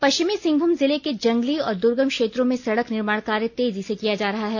पश्चिमी सिंहभूम जिले के जंगली और दुर्गम क्षेत्रों में सड़क निर्माण कार्य तेजी से किया जा रहा है